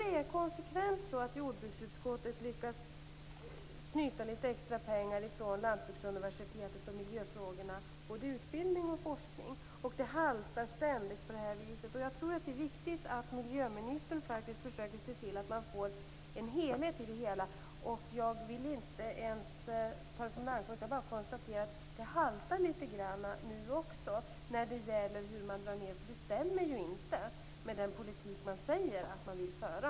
Det är konsekvent så att jordbruksutskottet lyckas snyta litet extra pengar ifrån Lantbruksuniversitetet och miljöfrågorna, både vad gäller utbildning och forskning. Det haltar ständigt på det här viset. Jag tror att det är viktigt att miljöministern faktiskt försöker se till att man får en helhet. Jag vill inte komma med någon anklagelse utan bara konstatera att det haltar litet i hur man drar ned. Det stämmer inte med den politik man säger sig vilja föra.